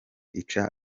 ica